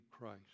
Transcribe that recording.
Christ